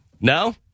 No